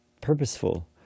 purposeful